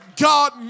God